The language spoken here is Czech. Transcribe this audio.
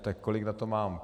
Tak kolik na to mám?